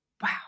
Wow